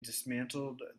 dismantled